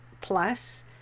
plus